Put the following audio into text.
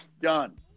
Done